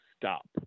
stop